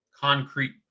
concrete